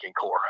core